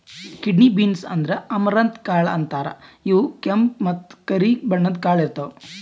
kidney beans ಅಂದ್ರ amaranth ಕಾಳ್ ಅಂತಾರ್ ಇವ್ ಕೆಂಪ್ ಮತ್ತ್ ಕರಿ ಬಣ್ಣದ್ ಕಾಳ್ ಇರ್ತವ್